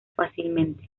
fácilmente